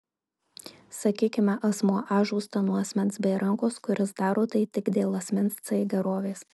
sakykime asmuo a žūsta nuo asmens b rankos kuris daro tai tik dėl asmens c gerovės